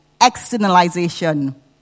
externalization